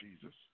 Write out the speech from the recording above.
Jesus